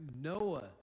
Noah